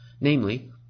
namely